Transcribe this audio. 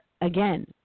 again –